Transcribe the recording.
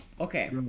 Okay